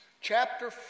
Chapter